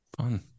Fun